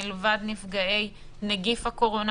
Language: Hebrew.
מלבד את נפגעי נגיף הקורונה,